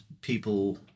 people